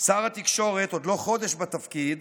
שר התקשורת עוד לא חודש בתפקיד